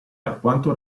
alquanto